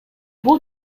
бул